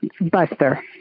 Buster